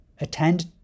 attend